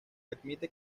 admite